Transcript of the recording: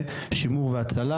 ושימור והצלחה.